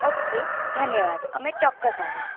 okay ધન્યવાદ અમે ચોક્કસ આવીશું